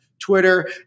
Twitter